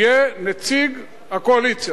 יהיה נציג הקואליציה.